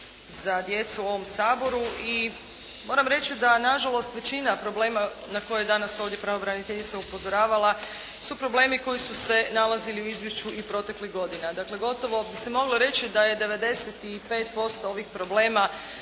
za djecu u ovom Saboru i moram reći da nažalost većina problema na koje je danas ovdje pravobraniteljica upozoravala su problemi koji su se nalazili u izvješću i proteklih godina, dakle gotovo bi se moglo reći da je 95% ovih problema